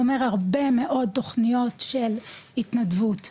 זה אומר הרבה מאוד תוכניות של התנדבות,